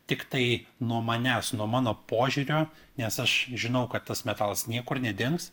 tiktai nuo manęs nuo mano požiūrio nes aš žinau kad tas metalas niekur nedings